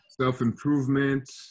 self-improvement